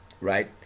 right